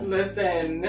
Listen